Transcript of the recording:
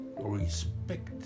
respect